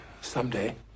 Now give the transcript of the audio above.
someday